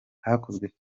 hakozwe